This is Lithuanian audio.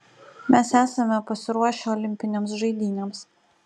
mes esame pasiruošę olimpinėms žaidynėms